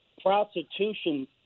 prostitution